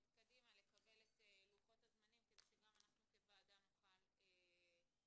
לקבל את לוחות הזמנים כדי שגם אנחנו כוועדה נוכל לעקוב.